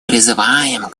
призываем